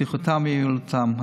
בטיחותם ויעילותם.